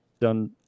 done